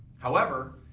however,